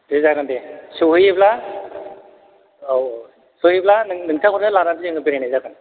दे जागोन दे सहैयोब्ला औ औ सहैयोब्ला नों नोंथांखौनो लानानै जोङो बेरायनाय जागोन